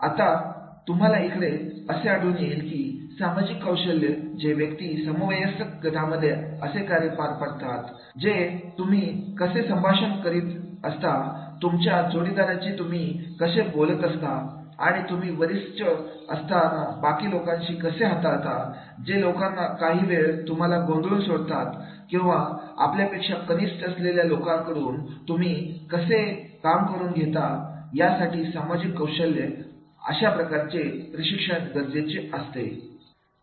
आता तुम्हाला इकडे असे आढळून येईल की सामाजिक कौशल्ये जे व्यक्ती समवयस्क गटांमध्ये कसे कार्य पार पडतात कसे तुम्ही कसे संभाषण करीत असता तुमच्या जोडीदाराची तुम्ही कशे संभाषण करता आणि तुम्ही वरिष्ठ असताना बाकी लोकांना कसे हाताळतात जे लोक काही वेळा तुम्हाला गोंधळून सोडतात किंवा आपल्यापेक्षा कनिष्ठ असलेल्या लोकांकडून तुम्ही कसे काम करून घेता यासाठी सामाजिक कौशल्य अशा प्रकारचे प्रशिक्षण गरजेचे असते